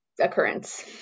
occurrence